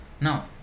now